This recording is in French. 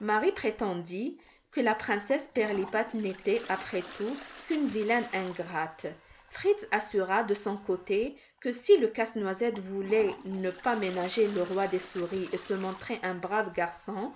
marie prétendit que la princesse pirlipat n'était après tout qu'une vilaine ingrate fritz assura de son côté que si le casse-noisette voulait ne pas ménager le roi des souris et se montrer un brave garçon